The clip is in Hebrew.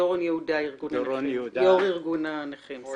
דורון יהודה, יו"ר ארגון הנכים, בבקשה.